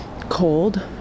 cold